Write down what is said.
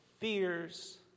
fears